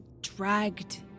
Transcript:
dragged